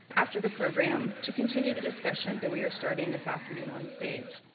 after the program, to continue the discussion that we are starting this afternoon on stage.